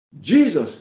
Jesus